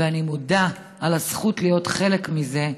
ואני מודה על הזכות להיות חלק מזה.